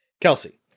Kelsey